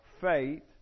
faith